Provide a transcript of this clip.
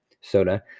soda